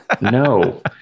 no